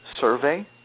survey